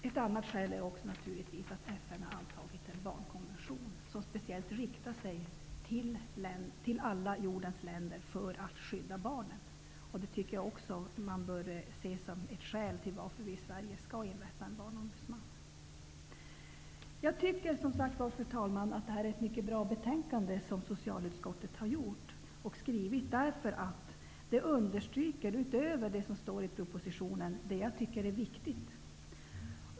Ett annat skäl är naturligtvis att FN har antagit en barnkonvention för att skydda barnen som riktar sig till alla jordens länder. Det tycker jag att man bör se som ett skäl till att i Sverige inrätta en Jag tycker som sagt, fru talman, att socialutskottet har skrivit ett mycket bra betänkande. Det understryker, utöver det som står i propositionen, det jag tycker är viktigt.